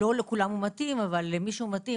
לא לכולם הוא מתאים אבל למי שהוא מתאים,